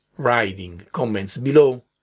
writing comments below,